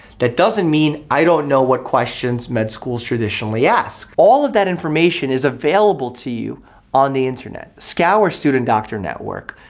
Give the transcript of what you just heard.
that doesn't mean i don't know what questions med schools traditionally ask. all of that information is available to you on the internet. scour student doctor network,